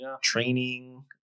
training